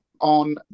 on